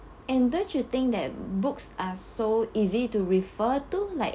and don't you think that books are so easy to refer to like